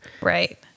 Right